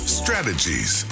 strategies